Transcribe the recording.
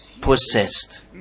possessed